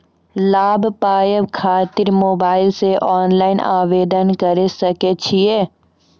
लाभ पाबय खातिर मोबाइल से ऑनलाइन आवेदन करें सकय छियै?